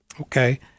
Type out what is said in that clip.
Okay